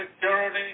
security